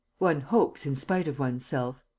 one hopes in spite of one's self.